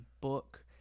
book